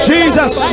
Jesus